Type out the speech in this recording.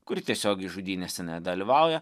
kuri tiesiogiai žudynėse nedalyvauja